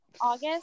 august